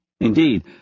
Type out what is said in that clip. Indeed